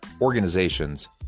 organizations